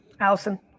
Allison